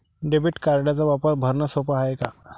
Debit कार्डचा वापर भरनं सोप हाय का?